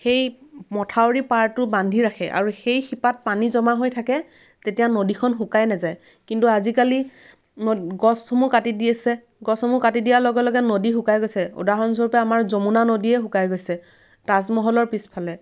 সেই মথাউৰী পাৰটো বান্ধি ৰাখে আৰু সেই শিপাত পানী জমা হৈ থাকে তেতিয়া নদীখন শুকাই নাযায় কিন্তু আজিকালি গছসমূহ কাটি দিছে গছসমূহ কাটি দিয়াৰ লগে লগে নদী শুকাই গৈছে উদাহৰণস্বৰূপে আমাৰ যমুনা নদীয়েই শুকাই গৈছে তাজমহলৰ পিছফালে